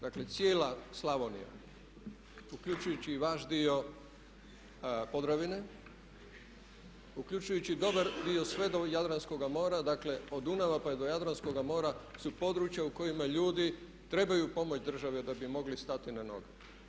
Dakle cijela Slavonija uključujući i vaš dio Podravine, uključujući i dobar dio sve do Jadranskoga mora, dakle od Dunava pa do Jadranskoga mora su područja u kojima ljudi trebaju pomoć države da bi mogli stati na noge.